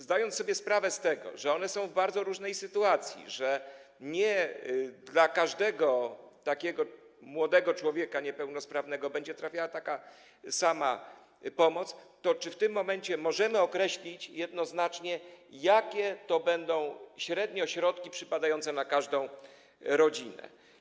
Zdajemy sobie sprawę z tego, że są one w bardzo różnej sytuacji, że nie do każdego młodego człowieka niepełnosprawnego będzie trafiała taka sama pomoc, to czy w tym momencie możemy określić jednoznacznie, jakie średnio środki będą przypadać na każdą rodzinę?